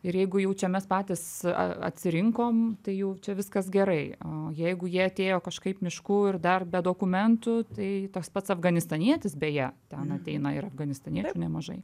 ir jeigu jaučiamės patys atsirinkom tai jau čia viskas gerai o jeigu jie atėjo kažkaip mišku ir dar be dokumentų tai tas pats afganistanietis beje ten ateina ir afganistaiečių nemažai